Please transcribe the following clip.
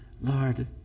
Lord